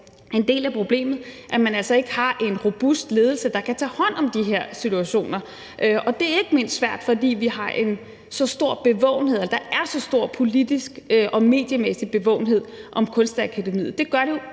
en del af problemet, altså at man ikke har en robust ledelse, der kan tage hånd om de her situationer. Og det er ikke mindst svært, fordi der er så stor politisk og mediemæssig bevågenhed om Kunstakademiet – det gør det jo